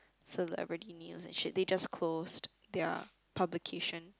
celebrity news and shit they just closed their publication